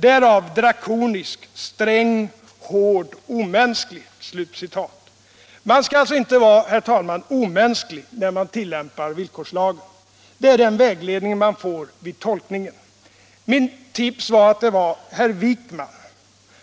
Därav drakonisk, sträng, hård, omänsklig.” Man skall alltså inte vara omänsklig när man tillämpar villkorslagen. Det är den vägledning som ges vid tolkningen. Mitt tips är att det var herr Wijkman